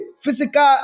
physical